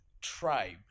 tribe